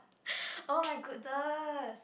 oh my goodness